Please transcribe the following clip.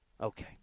Okay